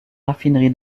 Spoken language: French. raffinerie